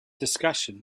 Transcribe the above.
discussion